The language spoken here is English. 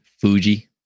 Fuji